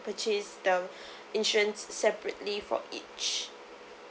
purchase the insurance separately for each